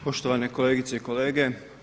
Poštovane kolegice i kolege.